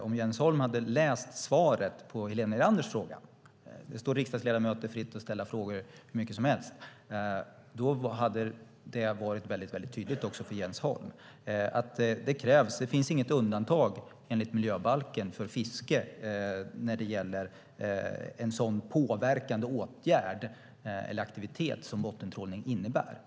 Om Jens Holm hade läst svaret på Helena Leanders fråga - det står riksdagsledamöter fritt att ställa frågor hur mycket som helst - hade det varit tydligt också för Jens Holm att det inte finns något undantag enligt miljöbalken för fiske när det gäller en sådan påverkande aktivitet som bottentrålning.